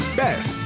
best